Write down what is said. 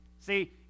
See